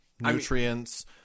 nutrients